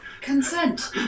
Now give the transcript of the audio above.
consent